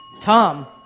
Tom